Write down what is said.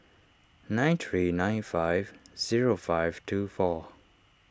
nine three nine five zero five two four